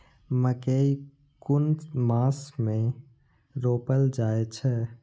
मकेय कुन मास में रोपल जाय छै?